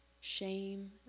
shame